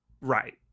right